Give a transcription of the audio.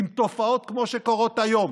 אם תופעות כמו שקורות היום